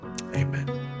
amen